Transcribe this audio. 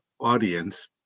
audience